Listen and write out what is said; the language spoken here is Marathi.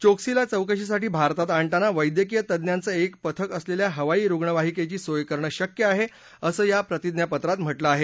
चोक्सीला चौकशीसाठी भारतात आणताना वैद्यकीय तज्ञांचं एक पथक असलेल्या हवाई रुग्णवाहिकेची सोय करणं शक्य आहे असं या प्रतिज्ञापत्रात म्हटलं आहे